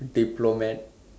diplomat